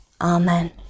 Amen